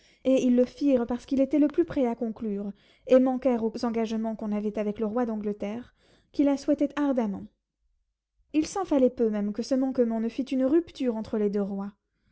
et ils le firent parce qu'il était le plus prêt à conclure et manquèrent aux engagements qu'on avait avec le roi d'angleterre qui la souhaitait ardemment il s'en fallait peu même que ce manquement ne fît une rupture entre les deux rois